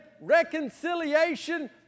reconciliation